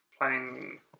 playing